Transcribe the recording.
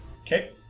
Okay